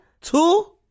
Two